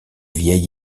vieil